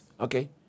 Okay